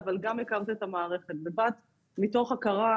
שאת גם מכירה את המערכת ובאת מתוך המערכת,